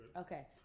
Okay